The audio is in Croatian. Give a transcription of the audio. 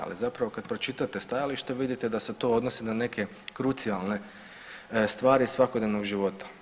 Ali zapravo kad pročitate stajalište vidite da se to odnosi na neke krucijalne stvari iz svakodnevnog života.